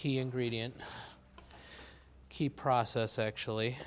key ingredient key process actually